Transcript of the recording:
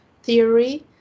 theory